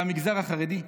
למגזר החרדי,